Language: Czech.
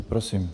Prosím.